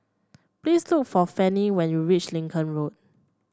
please look for Fanny when you reach Lincoln Road